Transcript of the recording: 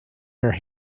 your